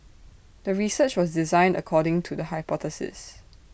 the research was designed according to the hypothesis